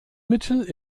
mittel